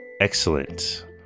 excellent